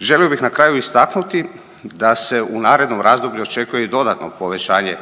Želio bih na kraju istaknuti da se u narednom razdoblju očekuje i dodatno povećanje